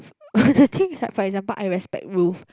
the thing is like for example I respect Ruth